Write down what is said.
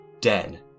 dead